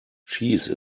cheese